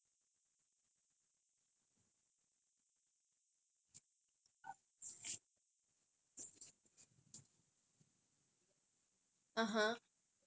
I have seen her before because there was like last yar the அங்க ஒரு:anga oru short story competition இருந்துச்சு:irunthuchu then they had a workshop and that was where is saw milsilra